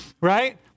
right